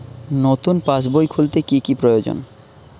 নতুন পাশবই খুলতে কি কি প্রয়োজন?